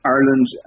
Ireland